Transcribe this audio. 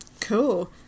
Cool